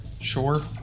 Sure